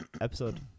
episode